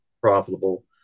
profitable